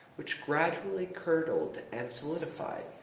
which gradually curdled and solidified,